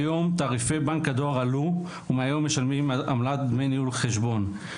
כיום תעריפי בנק הדואר עלו ומהיום משלמים עמלת דמי ניהול חשבון.